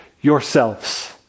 yourselves